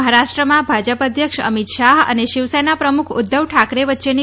મહારાષ્ર્માં ભાજપ અધ્યક્ષ અમિત શાહ અને શિવસેના પ્રમુખ ઉધ્ધવ ઠાકરે વચ્ચેની